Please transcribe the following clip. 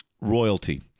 Royalty